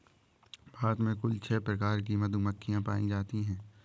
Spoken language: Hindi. भारत में कुल छः प्रकार की मधुमक्खियां पायी जातीं है